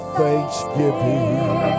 thanksgiving